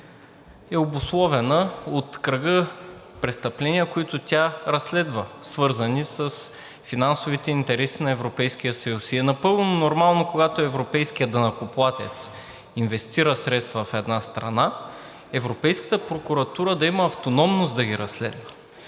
е обусловена от кръга престъпления, които тя разследва, свързани с финансовите интереси на Европейския съюз, и е напълно нормално, когато европейският данъкоплатец инвестира средства в една страна, Европейската прокуратура да има автономност да ги разследва.